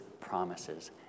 promises